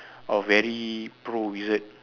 of very pro wizard